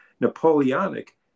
Napoleonic